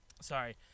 Sorry